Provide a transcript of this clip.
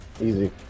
Easy